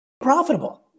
profitable